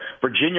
Virginia